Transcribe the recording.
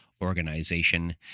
organization